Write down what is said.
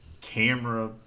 camera